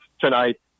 tonight